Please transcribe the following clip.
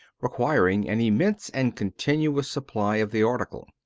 requiring an immense and continuous supply of the article.